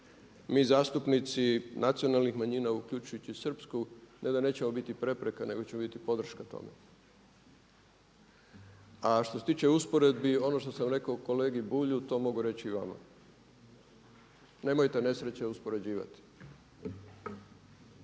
Mi zastupnici nacionalnih manjina uključujući i srpsku ne da nećemo biti prepreka, nego ćemo biti podrška tome. A što se tiče usporedbi, ono što sam rekao kolegi Bulju to mogu reći i vama. Nemojte nesreće uspoređivati,